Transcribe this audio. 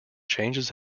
changes